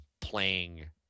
playing